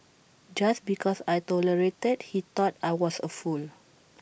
just because I tolerated he thought I was A fool